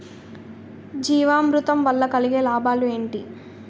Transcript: జీవామృతం వల్ల కలిగే లాభాలు ఏంటి?